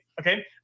okay